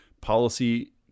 policy